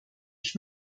ich